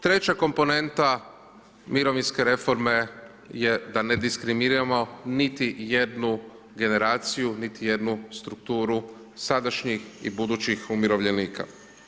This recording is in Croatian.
Treća komponenta mirovinske reforme je da ne diskriminiramo niti jednu generaciju, niti jednu strukturu sadašnjih i budućih umirovljenika.